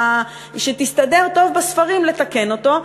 שתסתדר טוב בספרים לתקן אותו,